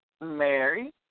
Mary